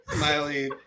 Miley